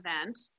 event